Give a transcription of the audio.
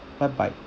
bye bye